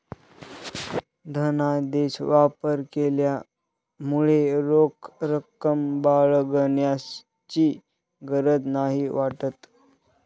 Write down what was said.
धनादेश वापर केल्यामुळे रोख रक्कम बाळगण्याची गरज नाही वाटत